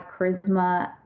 charisma